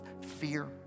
fear